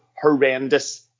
horrendous